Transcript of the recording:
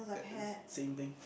that is same thing